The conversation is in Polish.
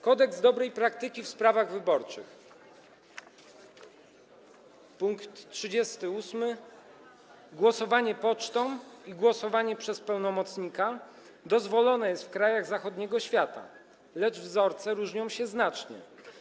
Kodeks dobrej praktyki w sprawach wyborczych, pkt 38: „Głosowanie pocztą i głosowanie przez pełnomocnika dozwolone jest w krajach zachodniego świata, lecz wzorce różnią się znacznie.